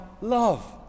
love